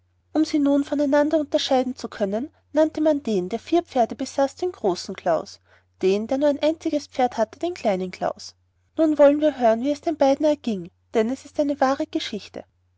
um sie nun von einander unterscheiden zu können nannte man den der vier pferde besaß den großen klaus und den der nur ein einziges pferd hatte den kleinen klaus nun wollen wir hören wie es den beiden erging denn es ist eine wahre geschichte